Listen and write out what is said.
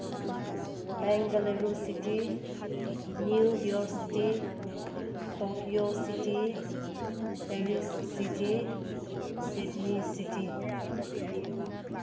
Bengaluru city New York city Tokyo city Paris city Sydney city